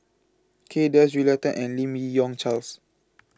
Kay Das Julia Tan and Lim Yi Yong Charles